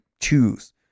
choose